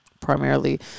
primarily